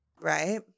Right